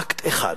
אקט אחד,